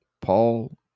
Paul